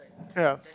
ya